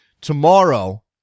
tomorrow